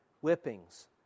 whippings